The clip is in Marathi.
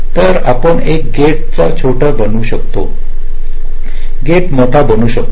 तर आपण एक गेट छोटा बनवू शकतो गेट मोठा बनवू शकतो